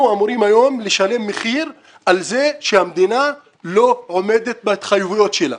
אנחנו אמורים היום לשלם מחיר על כך שהמדינה לא עומדת בהתחייבויות שלה.